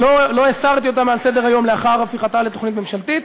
לא הסרתי אותה מעל סדר-היום לאחר הפיכתה לתוכנית ממשלתית,